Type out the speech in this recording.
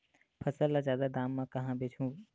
फसल ल जादा दाम म कहां बेचहु?